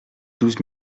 douze